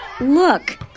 Look